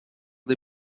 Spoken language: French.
des